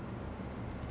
நினைவிருக்கு:ninaivirukku